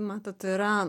matot yra